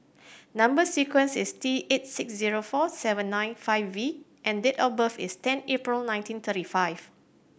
number sequence is T eight six zero four seven nine five V and date of birth is ten April nineteen thirty five